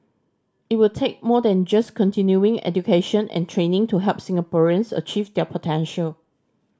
it will take more than just continuing education and training to help Singaporeans achieve their potential